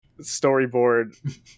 storyboard